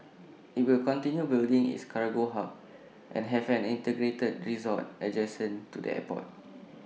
IT will continue building its cargo hub and have an integrated resort adjacent to the airport